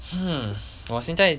hmm 我现在